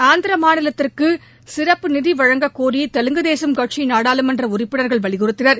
ஆந்திர மாநிலத்திற்கு சிறப்பு நிதி வழங்கக் கோரி தெலுங்கு தேசம் கட்சி நாடாளுமன்ற உறுப்பினர்கள் வலியுறுத்தினர்